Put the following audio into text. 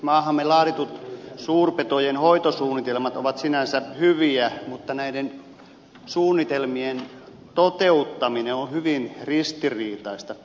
maahamme laaditut suurpetojen hoitosuunnitelmat ovat sinänsä hyviä mutta näiden suunnitelmien toteuttaminen on hyvin ristiriitaista